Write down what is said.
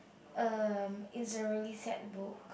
um is a really sad book